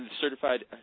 Certified